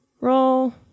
Roll